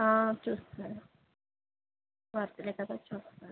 చూస్తున్నారు birthday కదా చూస్తున్నారు